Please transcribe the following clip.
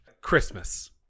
Christmas